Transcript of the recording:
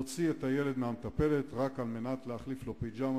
להוציא את הילד מהמטפלת רק על מנת להחליף לו פיג'מה,